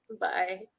Bye